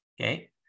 Okay